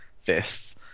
fists